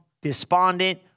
despondent